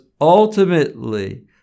ultimately